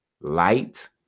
light